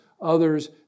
others